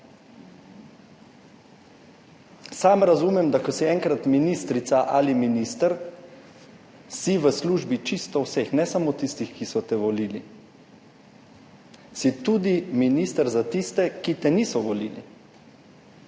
Sam razumem, da ko si enkrat ministrica ali minister, si v službi čisto vseh, ne samo tistih, ki so te volili. Si tudi minister za tiste, ki te niso volili.